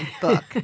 book